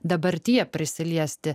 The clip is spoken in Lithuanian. dabartyje prisiliesti